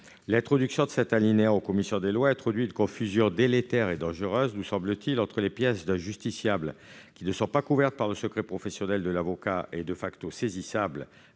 L'introduction de cet alinéa en commission des lois induit une confusion délétère et dangereuse, nous semble-t-il, entre, d'une part, les pièces d'un justiciable, qui ne sont pas couvertes par le secret professionnel de l'avocat et sont donc saisissables